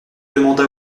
demanda